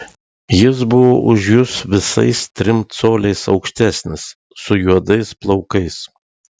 jis buvo už jus visais trim coliais aukštesnis su juodais plaukais